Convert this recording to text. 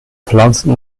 pflanzen